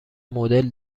مدل